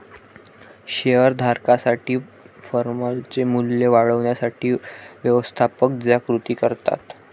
share धारकांसाठी फर्मचे मूल्य वाढवण्यासाठी व्यवस्थापक ज्या कृती करतात